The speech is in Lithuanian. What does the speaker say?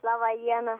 laba diena